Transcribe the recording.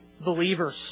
believers